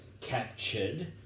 captured